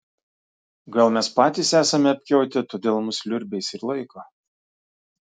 gal mes patys esame apkiautę todėl mus liurbiais ir laiko